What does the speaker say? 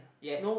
yes